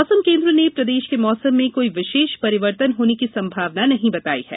मौसम केन्द्र ने प्रदेश के मौसम में कोई विशेष परिवर्तन होने की संभावना नहीं बताई है